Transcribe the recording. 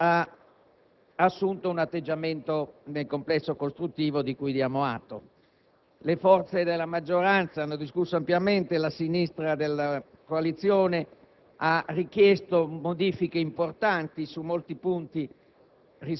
ha assunto un atteggiamento, nel complesso, costruttivo, di cui diamo atto. Le forze della maggioranza hanno discusso ampiamente e la sinistra della coalizione ha richiesto modifiche importanti su molti punti,